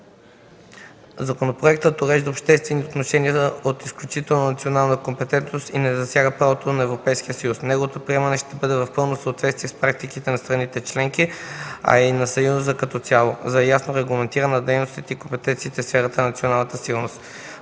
Законопроектът урежда обществени отношения от изключителна национална компетентност и не засяга правото на Европейския съюз. Неговото приемане ще бъде в пълно съответствие с практиката на страните членки, а и на Съюза като цяло, за ясно регламентиране на дейностите и компетенциите в сферата на националната сигурност.